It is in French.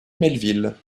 melville